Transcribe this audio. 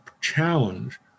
challenge